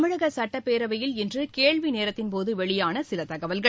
தமிழகசட்டப்பேரவையில் இன்றுகேள்விநேரத்தின் போதுவெளியானசிலதகவல்கள்